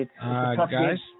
Guys